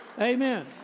Amen